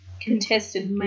Contested